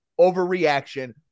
overreaction